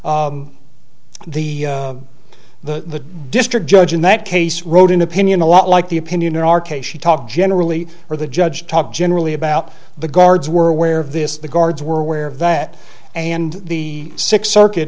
the the district judge in that case wrote an opinion a lot like the opinion in our case she talked generally or the judge talk generally about the guards were aware of this the guards were aware of that and the six circuit